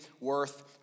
worth